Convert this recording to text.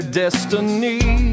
destiny